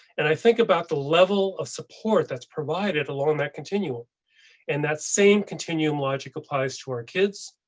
and i think about the level of support that's provided along that continuum and that same continuum logic applies to our kids,